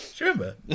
Remember